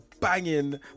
banging